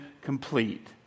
complete